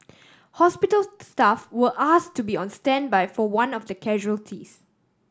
hospital staff were ask to be on standby for one of the casualties